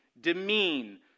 demean